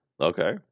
Okay